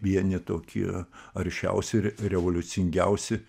vieni tokie aršiausi ir revoliucingiausi